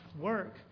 work